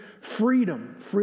freedom